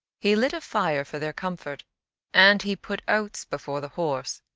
he lit a fire for their comfort and he put oats before the horse,